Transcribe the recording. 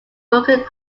broken